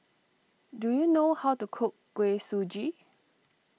do you know how to cook Kuih Suji